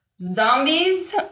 zombies